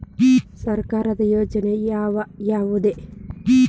ಸರ್ಕಾರದ ಯೋಜನೆ ಯಾವ್ ಯಾವ್ದ್?